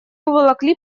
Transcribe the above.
уволокли